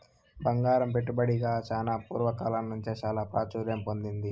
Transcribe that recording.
బంగారం పెట్టుబడిగా చానా పూర్వ కాలం నుంచే చాలా ప్రాచుర్యం పొందింది